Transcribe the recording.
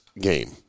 game